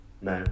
No